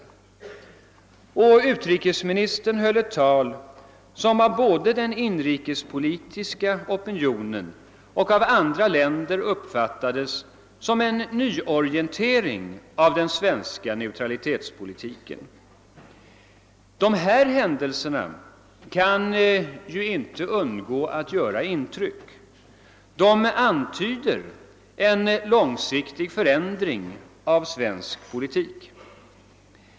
Vidare höll utrikesministern ett tal som både av den inrikespolitiska opinionen och av andra länder uppfattades som en nyorientering av den svenska neutralitetspolitiken. Dessa händelser kan inte undgå att göra intryck. De antyder en långsiktig förändring inom svensk politik.